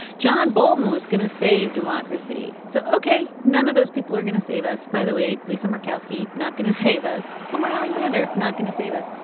john bolton was going to save democracy. so, ok, none of those people are gonna save us. by the way, lisa murkowski not going to save us. lamar alexander not going to save us.